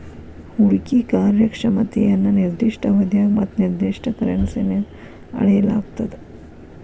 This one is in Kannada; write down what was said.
ಹೂಡ್ಕಿ ಕಾರ್ಯಕ್ಷಮತೆಯನ್ನ ನಿರ್ದಿಷ್ಟ ಅವಧ್ಯಾಗ ಮತ್ತ ನಿರ್ದಿಷ್ಟ ಕರೆನ್ಸಿನ್ಯಾಗ್ ಅಳೆಯಲಾಗ್ತದ